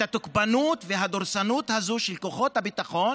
התוקפנות והדורסנות האלה של כוחות הביטחון